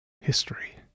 history